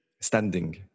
Standing